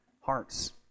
hearts